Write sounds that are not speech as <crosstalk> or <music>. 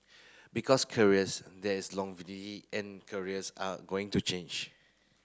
because careers there is <unintelligible> and careers are going to change